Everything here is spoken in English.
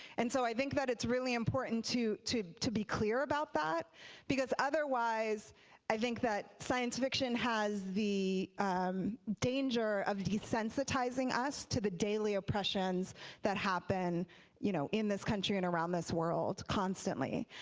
and so i think that it's really important to to be clear about that because otherwise i think that science fiction has the danger of desensitizing us to the daily oppressions that happen you know in this country and around this world constantly.